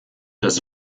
das